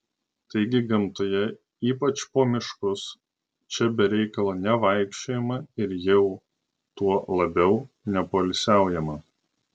taigi gamtoje ypač po miškus čia be reikalo nevaikščiojama ir jau tuo labiau nepoilsiaujama